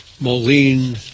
Moline